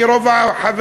כי רוב החברים,